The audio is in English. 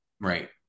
Right